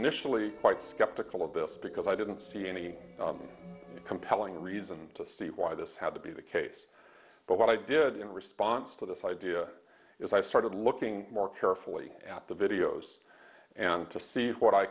initially quite skeptical of this because i didn't see any compelling reason to see why this had to be the case but what i did in response to this idea is i started looking more carefully at the videos and to see what i